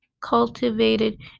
cultivated